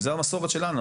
במסורת שלנו,